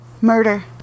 Murder